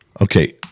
Okay